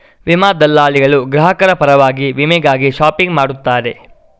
ವಿಮಾ ದಲ್ಲಾಳಿಗಳು ಗ್ರಾಹಕರ ಪರವಾಗಿ ವಿಮೆಗಾಗಿ ಶಾಪಿಂಗ್ ಮಾಡುತ್ತಾರೆ